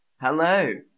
Hello